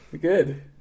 Good